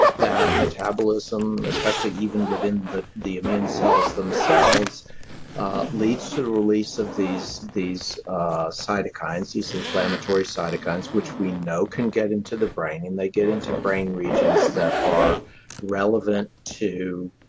that metabolism, especially, even within the the immune cells themselves leads to the release of these these cytokines, these inflammatory cytokines, which we know can get into the brain and they get into brain regions that are relevant to